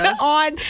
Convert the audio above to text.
on